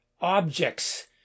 objects